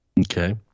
Okay